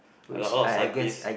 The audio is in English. a lot a lot of cyclists